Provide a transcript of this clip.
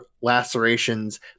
lacerations